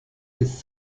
this